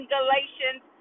Galatians